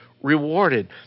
Rewarded